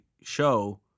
show